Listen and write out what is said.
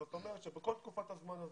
זאת אומרת שבכל תקופת הזמן הזאת,